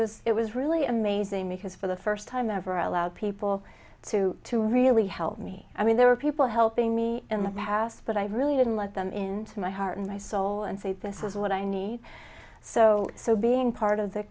was it was really amazing because for the first time ever allowed people to to really help me i mean they were people helping me in the past but i really didn't let them into my heart and my soul and say this is what i need so so being part of the